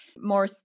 more